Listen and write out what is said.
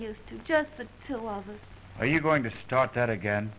used to just the two losses are you going to start that again